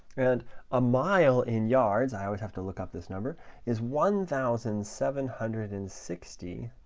and a mile in yards i would have to look up this number is one thousand seven hundred and sixty